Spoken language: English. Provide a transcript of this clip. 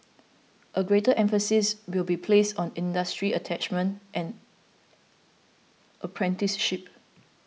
a greater emphasis will be placed on industry attachments and apprenticeships